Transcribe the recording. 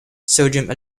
sodium